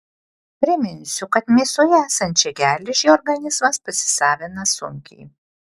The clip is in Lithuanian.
priminsiu kad mėsoje esančią geležį organizmas pasisavina sunkiai